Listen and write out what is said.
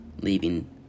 leaving